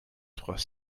trois